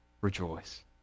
Rejoice